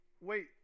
Wait